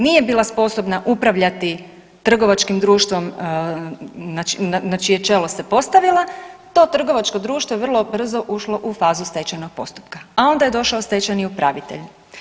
Nije bila sposobna upravljati trgovačkim društvom na čije čelo se postavila, to trgovačko društvo je vrlo brzo ušlo u fazu stečajnog postupka, a onda je došao stečajni upravitelj.